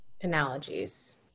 analogies